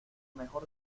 mejor